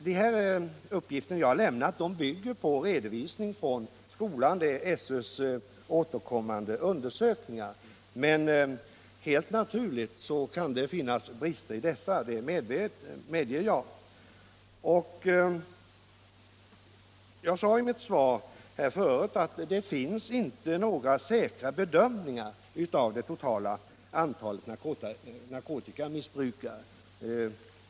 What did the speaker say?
De bygger på en redovisning från skolan, SÖ:s återkommande undersökningar, men helt naturligt kan det finnas brister i dem — det medger jag. Jag sade i mitt svar att det inte finns några säkra bedömningar av det totala antalet narkotikamissbrukare.